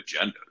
agendas